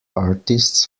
artists